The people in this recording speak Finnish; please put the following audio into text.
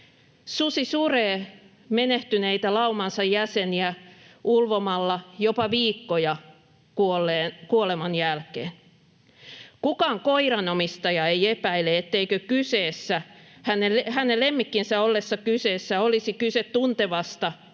Susi suree menehtyneitä laumansa jäseniä ulvomalla jopa viikkoja kuoleman jälkeen. Kukaan koiranomistaja ei epäile, etteikö hänen lemmikkinsä ollessa kyseessä olisi kyse tuntevasta ja